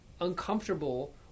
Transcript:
uncomfortable